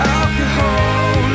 alcohol